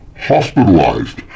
hospitalized